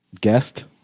Guest